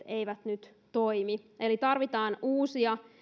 eivät nyt toimi eli tarvitaan uusia